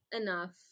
enough